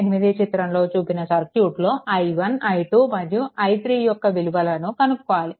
8 చిత్రంలో చూపిన సర్క్యూట్లో i1 i2 మరియు i3 యొక్క విలువలను కనుక్కోవాలి